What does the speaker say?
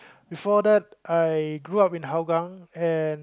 before that I grow up in Hougang and